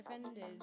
offended